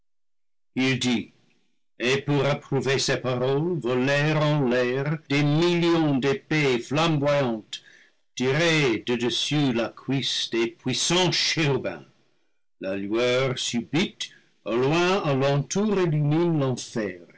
et pour approuver ses paroles volèrent en l'air des millions d'épées flamboyantes tirées de dessus la cuisse des puissants chérubins la lueur subite au loin à l'entour illumine l'enfer